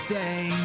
day